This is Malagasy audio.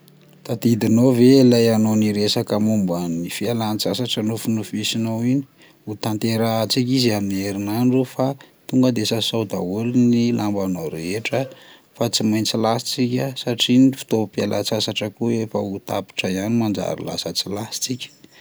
Tadidinao ve ilay ianao niresaka momban'ny fialan-tsasatra nofinofisinao iny, ho tanterahan-tsika izy amin'ny herinandro fa tonga de sasao daholo ny lambanao rehetra fa tsy maintsy lasa-tsika satria ny fotoam-pialantsasatra koa efa ho tapitra ihany manjary lasa tsy lasa-tsika.